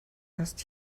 erst